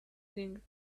thing